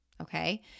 Okay